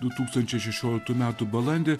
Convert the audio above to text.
du tūkstančiai šešioliktų metų balandį